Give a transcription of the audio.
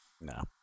No